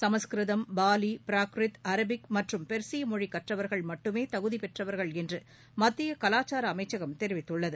சமஸ்கிருதம் Pali Prakrit Arabic மற்றும் பெர்சிய மொழி கற்றவர்கள் மட்டுமே தகுதி பெற்றவர்கள் என்று மத்திய கலாச்சார அமைச்சகம் தெரிவித்துள்ளது